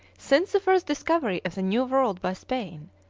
since the first discovery of the new world by spain,